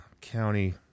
county